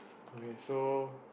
okay so